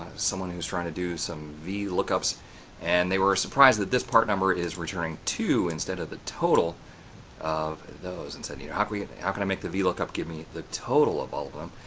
someone who's trying to do some vlookups, and they were surprised that this part number is returning two instead of the total of those. and said you know how can we how can i make the vlookup give me the total of all of them?